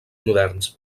moderns